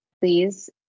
please